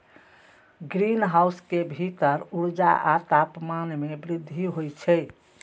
greenhouse के भीतर ऊर्जा आ तापमान मे वृद्धि होइ छै